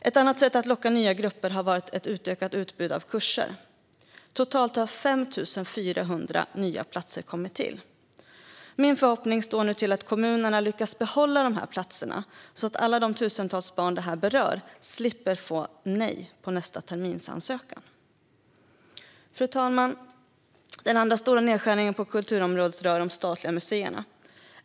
Ett annat sätt att locka nya grupper har varit ett utökat utbud av kurser. Totalt har 5 400 nya platser kommit till. Min förhoppning står nu till att kommunerna lyckas behålla dessa platser så att alla de tusentals barn det här berör slipper få ett nej på nästa terminsansökan. Fru talman! Den andra stora nedskärningen på kulturområdet rör de statliga museerna.